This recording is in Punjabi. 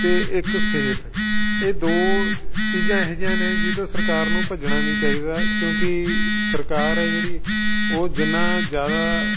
ਅਤੇ ਇੱਕ ਸਿਹਤ ਇਹ ਦੋ ਚੀਜ਼ਾਂ ਇਹੋ ਜਿਹੀਆਂ ਨੇ ਜਿਸ ਤੋਂ ਸਰਕਾਰ ਨੂੰ ਭੱਜਣਾ ਨਹੀਂ ਚਾਹੀਦਾ ਕਿਉਂਕਿ ਸਰਕਾਰ ਹੈ ਜਿਹੜੀ ਉਹ ਜਿੰਨਾ ਜ਼ਿਆਦਾ